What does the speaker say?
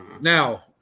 Now